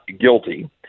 guilty